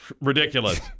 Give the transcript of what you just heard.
ridiculous